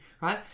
right